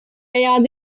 ayant